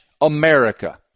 America